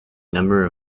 number